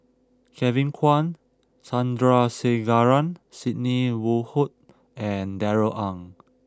Kevin Kwan Sandrasegaran Sidney Woodhull and Darrell Ang